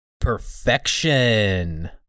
Perfection